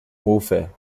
hofe